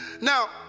now